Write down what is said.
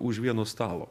už vieno stalo